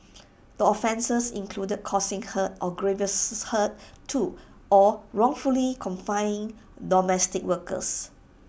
the offences included causing hurt or grievous hurt to or wrongfully confining domestic workers